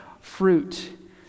fruit